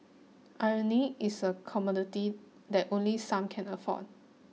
irony is a commodity that only some can afford